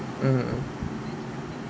mm mm